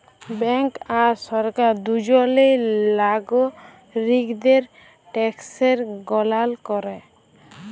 bank আর সরকার দুজলই লাগরিকদের ট্যাকসের গললা ক্যরে